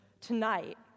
tonight